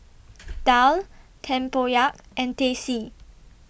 Daal Tempoyak and Teh C